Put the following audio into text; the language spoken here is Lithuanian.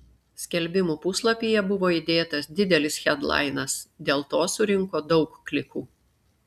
skelbimų puslapyje buvo įdėtas didelis hedlainas dėl to surinko daug klikų